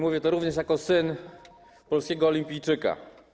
Mówię to również jako syn polskiego olimpijczyka.